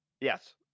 Yes